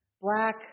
Black